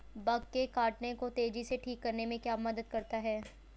Bug के काटने को तेजी से ठीक करने में क्या मदद करता है?